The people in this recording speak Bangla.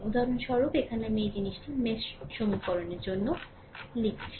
উদাহরণস্বরূপ এখানে আমি এই জিনিস mesh সমীকরণের জন্য লিখেছি